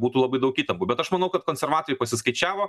būtų labai daug įtampų bet aš manau kad konservatoriai pasiskaičiavo